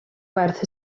gwerth